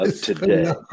today